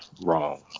wrong